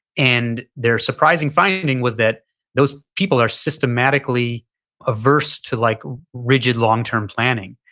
and their surprising finding was that those people are systematically averse to like rigid long-term planning.